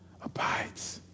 Abides